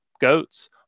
goats